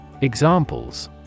Examples